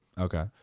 Okay